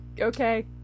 Okay